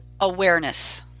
Awareness